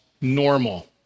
normal